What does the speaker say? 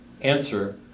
answer